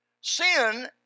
Sin